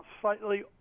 slightly